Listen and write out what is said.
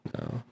No